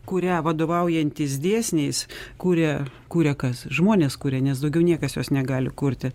kuria vadovaujantis dėsniais kuria kuria kas žmones kuria nes daugiau niekas jos negali kurti